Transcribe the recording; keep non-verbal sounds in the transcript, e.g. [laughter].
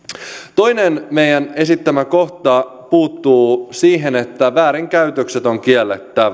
toinen meidän esittämämme kohta puuttuu siihen että väärinkäytökset on kiellettävä [unintelligible]